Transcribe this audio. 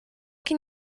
can